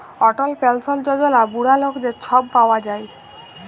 অটল পেলসল যজলা বুড়া লকদের ছব পাউয়া যায়